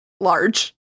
large